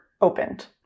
opened